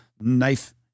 knife